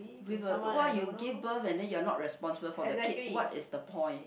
with a why you give birth and then you're not responsible for the kid what is the point